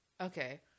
Okay